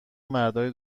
مردای